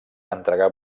entregar